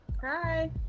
hi